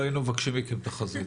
לא היינו מבקשים מכם תחזית,